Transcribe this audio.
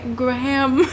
graham